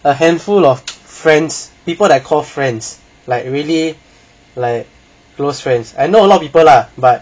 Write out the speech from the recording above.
a handful of friends people I call friends like really like close friends I know a lot of people lah but